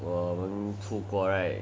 !wah! 出国 right